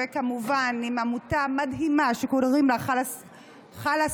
כמובן עם עמותה מדהימה שקוראים לה "חלאסרטן",